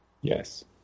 Yes